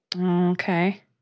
Okay